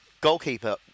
Goalkeeper